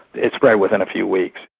it spread within few weeks.